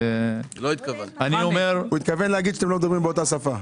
הוא התכוון לומר שאתם לא מדברים באותה שפה.